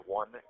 one